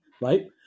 right